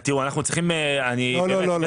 תראו, אנחנו צריכים --- לא, לא.